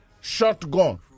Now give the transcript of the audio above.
shotgun